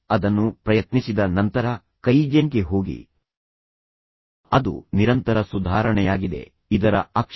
ಇದು ಇಬ್ಬರಿಗೂ ಪ್ರಯೋಜನವಾಗುವುದಿಲ್ಲ ಕಿಶೋರ್ ಅವರ ಒತ್ತಡ ಉದ್ಯೋಗದ ಒತ್ತಡ ಅವರನ್ನು ಇನ್ನಷ್ಟು ಸಂಕಷ್ಟಕ್ಕೀಡು ಮಾಡುತ್ತದೆ